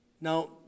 Now